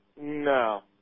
No